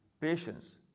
patience